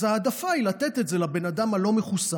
ההעדפה היא לתת את זה לבן אדם הלא-מחוסן,